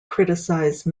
criticize